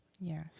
Yes